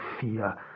fear